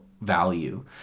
value